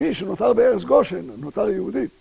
מי שנותר בארץ גושן נותר יהודי.